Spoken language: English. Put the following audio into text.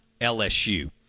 LSU